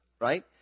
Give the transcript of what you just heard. right